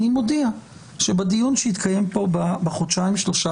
אני מודיע שבדיון שיתקיים פה בחודשיים-שלושה